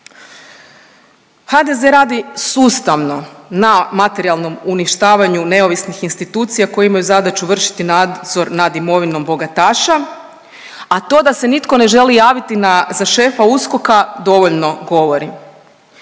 HDZ radi sustavno na materijalnom uništavanju neovisnih institucija koje imaju zadaću vršiti nadzor nad imovinom bogataša. A to da se nitko ne želi javiti na, za šefa USKOK-a dovoljno govori.